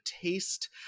taste